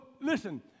listen